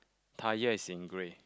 tyre is in grey